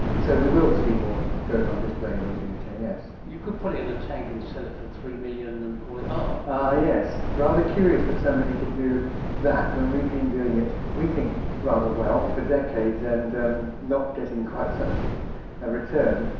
so we will see more going on display in the future, yes. you could put in a tank and sell it for three million and call it art. ah yes, rather curious that somebody can do that when we've been doing it, we think rather well, for decades and um not getting quite such a return.